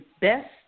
Best